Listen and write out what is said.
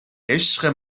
عشق